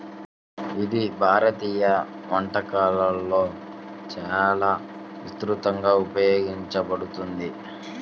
ఇది భారతీయ వంటకాలలో చాలా విస్తృతంగా ఉపయోగించబడుతుంది